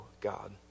God